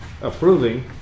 approving